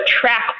track